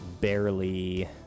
barely